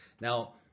Now